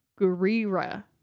Gurira